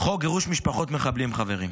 חוק גירוש משפחות מחבלים, חברים.